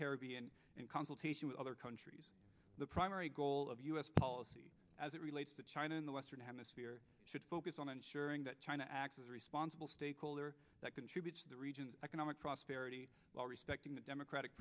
caribbean in consultation with other countries the primary goal of u s policy as it relates to china in the western hemisphere should focus on ensuring that china acts as a responsible stakeholder that contributes to the region's economic prosperity while respecting the democratic